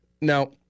Now